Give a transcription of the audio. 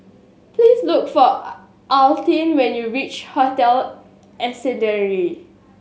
please look for Altie when you reach Hotel Ascendere